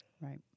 Right